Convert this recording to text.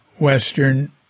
Western